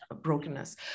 brokenness